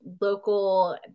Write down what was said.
local